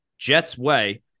JETSWAY